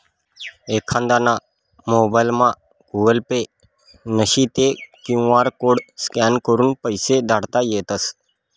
एखांदाना मोबाइलमा Google Pay नशी ते क्यु आर कोड स्कॅन करीन पैसा धाडता येतस